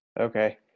Okay